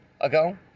ago